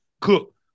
cook